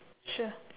sure